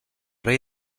rei